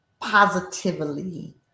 positively